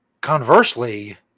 Conversely